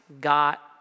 got